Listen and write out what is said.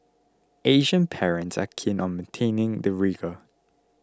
Asian parents are keen on maintaining the rigour